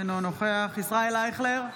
אינו נוכח ישראל אייכלר,